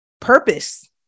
purpose